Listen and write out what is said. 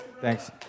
thanks